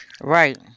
Right